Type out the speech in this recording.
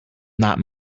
not